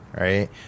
right